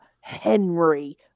Henry